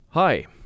Hi